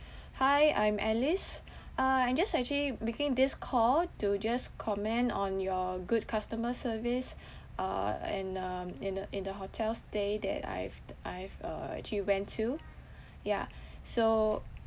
hi I'm alice uh I'm just actually making this call to just comment on your good customer service uh and um in the in the hotel stay that I've I've uh actually went to yeah so